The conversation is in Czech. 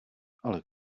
ale